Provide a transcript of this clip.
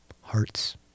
hearts